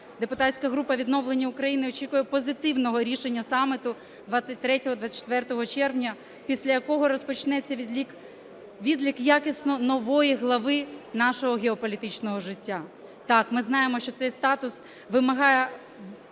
Депутатська група "Відновлення України" очікує позитивного рішення саміту 23-24 червня, після якого розпочнеться відлік якісно нової глави нашого геополітичного життя. Так, ми знаємо, що цей статус вимагає